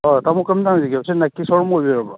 ꯇꯥꯃꯣ ꯀꯩꯅꯣꯝꯇ ꯍꯪꯖꯒꯦꯕ ꯁꯤ ꯅꯥꯏꯀꯤ ꯁꯣ ꯔꯨꯝ ꯑꯣꯏꯕꯤꯔꯕꯣ